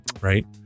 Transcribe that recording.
Right